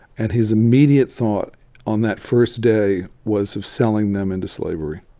and his immediate thought on that first day was of selling them into slavery.